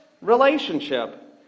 relationship